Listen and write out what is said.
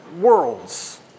worlds